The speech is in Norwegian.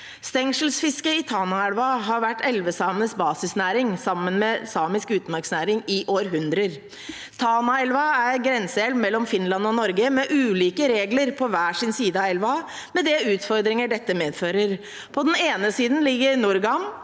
Stengselsfisket i Tanaelva har vært elvesamenes basisnæring, sammen med samisk utmarksnæring, i århundrer. Tanaelva er grenseelv mellom Finland og Norge, med ulike regler på hver side av elva, med de utfordringer dette medfører. På den ene siden ligger Nourgam,